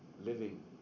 living